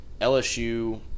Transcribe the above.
LSU